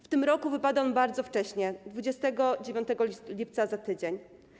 W tym roku wypada on bardzo wcześnie - 29 lipca, za tydzień.